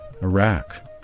Iraq